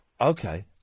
Okay